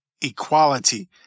equality